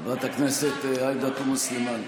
חברת הכנסת עאידה תומא סלימאן,